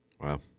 Wow